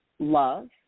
Love